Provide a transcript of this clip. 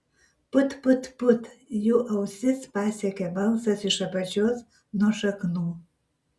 put put put jų ausis pasiekė balsas iš apačios nuo šaknų